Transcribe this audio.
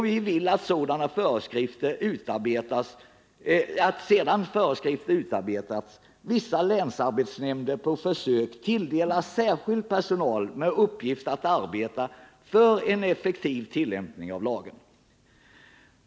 Vi vill att, sedan föreskrifter utarbetats, vissa länsarbetsnämnder på försök tilldelas särskild personal med uppgift att arbeta för en effektiv tillämpning av lagen.